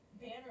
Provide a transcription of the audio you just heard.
banner